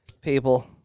People